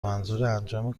منظورانجام